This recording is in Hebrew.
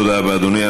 תודה רבה, אדוני.